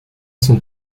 son